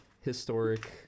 historic